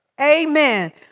Amen